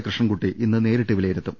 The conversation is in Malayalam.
കൃഷ്ണൻകുട്ടി ഇന്ന് നേരിട്ട് വിലയിരുത്തും